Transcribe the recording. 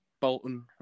Bolton